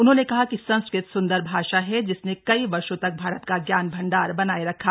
उन्होंने कहा कि संस्कृत सुन्दर भाषा है जिसने कई वर्षो तक भारत का ज्ञान भंडार बनाए रखा